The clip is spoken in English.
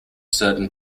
certain